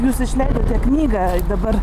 jūs išleidote knygą dabar